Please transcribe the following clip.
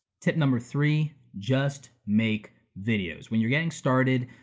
tip number three, just make videos. when you're getting started,